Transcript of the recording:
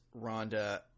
Rhonda